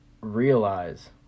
realize